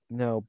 no